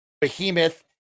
Behemoth